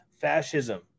fascism